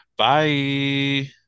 bye